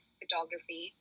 photography